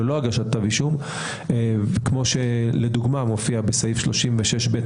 כמו שלדוגמה מופיע בסעיף 36(ב).